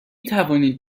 توانید